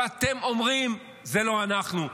ואתם אומרים: זה לא אנחנו.